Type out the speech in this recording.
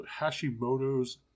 Hashimoto's